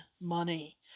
money